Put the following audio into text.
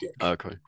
Okay